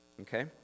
Okay